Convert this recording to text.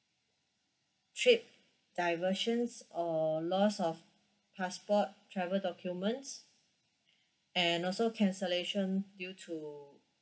trip diversions or loss of passport travel documents and also cancellation due to